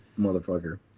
Motherfucker